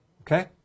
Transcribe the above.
Okay